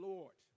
Lord